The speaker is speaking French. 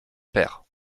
père